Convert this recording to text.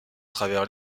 travers